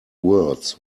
words